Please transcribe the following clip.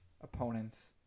opponents